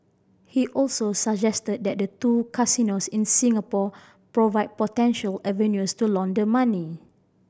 he also suggested that the two casinos in Singapore provide potential avenues to launder money